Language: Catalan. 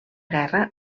guerra